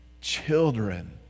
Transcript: children